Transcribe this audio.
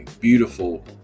beautiful